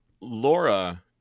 Laura